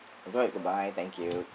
alright goodbye thank you